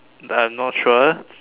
uh not sure